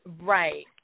right